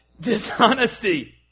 Dishonesty